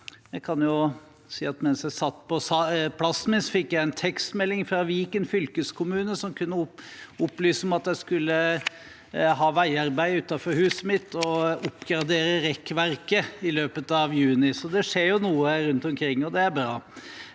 Jeg kan jo si at mens jeg satt på plassen min, fikk jeg en tekstmelding fra Viken fylkeskommune som kunne opplyse om at de skulle ha veiarbeid utenfor huset mitt og oppgradere rekkverket i løpet av juni – så det skjer jo noe rundt omkring, og det er bra.